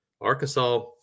Arkansas